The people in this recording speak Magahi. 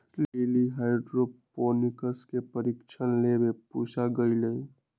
लिली हाइड्रोपोनिक्स के प्रशिक्षण लेवे पूसा गईलय